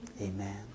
Amen